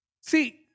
See